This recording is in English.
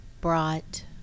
brought